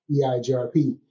EIGRP